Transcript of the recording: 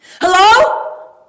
Hello